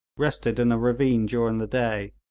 rested in a ravine during the day,